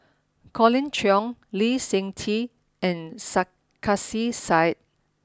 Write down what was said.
Colin Cheong Lee Seng Tee and Sarkasi Said